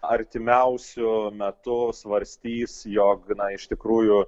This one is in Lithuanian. artimiausiu metu svarstys jog na iš tikrųjų